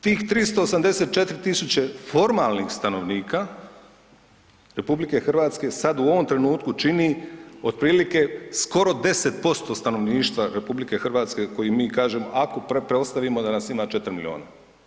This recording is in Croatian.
Tih 384 000 formalnih stanovnika RH sad u ovom trenutku čini otprilike skoro 10% stanovništva RH koji mi kažemo ako pretpostavimo da nas ima 4 milijuna.